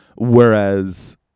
whereas